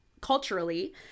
culturally